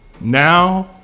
now